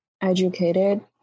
educated